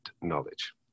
knowledge